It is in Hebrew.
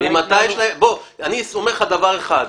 אני אומר לך דבר אחד,